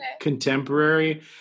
contemporary